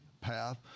path